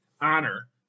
honor